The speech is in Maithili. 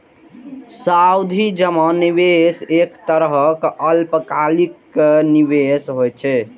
सावधि जमा निवेशक एक तरहक अल्पकालिक निवेश होइ छै